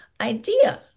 idea